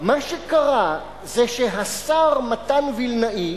מה שקרה, שהשר מתן וילנאי,